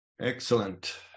Excellent